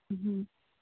ꯎꯝ